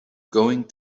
going